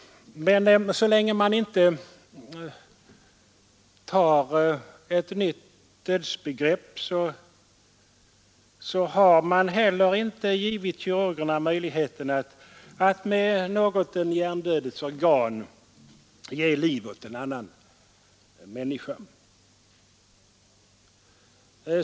Men så länge vi inte antar ett nytt dödsbegrepp har vi heller inte gett kirurgerna möjlighet att med något den hjärndödes organ ge liv åt en annan människa.